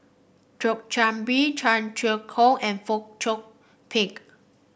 Thio Chan Bee Tung Chye Hong and Fong Chong Pik